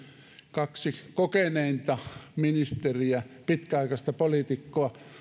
kaksi kokeneinta ministeriä pitkäaikaista poliitikkoa